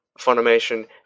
Funimation